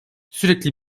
sürekli